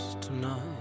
tonight